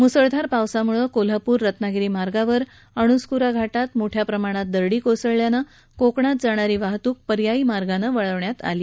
मुसळधार पावसामुळं कोल्हापूर रत्नागिरी मार्गावर अणुस्कुरा घाटात मोठ्याप्रमाणात दरड कोसळल्यामुळं कोकणात जाणारी वाहतूक पर्यायी मार्गानं वळवण्यात आलीय